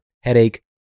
headache